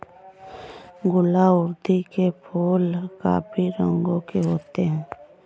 गुलाउदी के फूल काफी रंगों के होते हैं